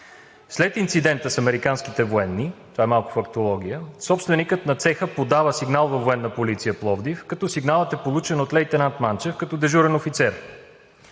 След инцидента с американските военни – това е малко фактология – собственикът на цеха подава сигнал във „Военна полиция“ – Пловдив, сигналът е получен от лейтенант Манчев като дежурен офицер.